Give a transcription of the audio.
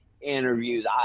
interviews